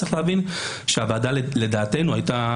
צריך להבין שהוועדה לדעתנו הייתה